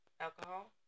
alcohol